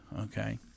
Okay